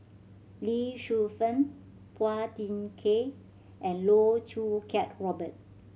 Lee Shu Fen Phua Thin Kiay and Loh Choo Kiat Robert